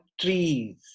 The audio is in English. trees